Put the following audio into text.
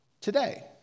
today